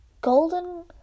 golden